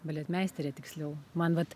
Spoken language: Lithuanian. baletmeisterė tiksliau man vat